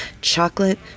chocolate